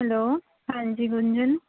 hello ਹਾਂਜੀ ਗੁੰਜਨ